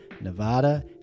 Nevada